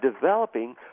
developing